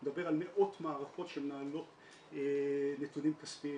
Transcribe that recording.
אני מדבר על מאות מערכות שמנהלות נתונים כספיים,